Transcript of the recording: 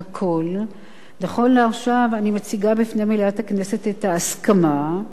נכון לעכשיו אני מציגה בפני מליאת הכנסת את ההסכמה שלפיה בסופו